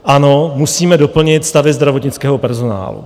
Ano, musíme doplnit stavy zdravotnického personálu.